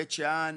בית שאן,